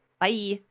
Bye